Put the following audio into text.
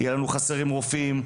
יהיה לנו מחסור ברופאים,